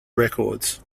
records